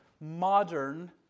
modern